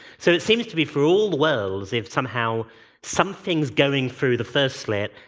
so it seems to be, for all the whirls, if somehow something's going through the first slit,